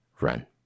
Run